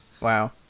Wow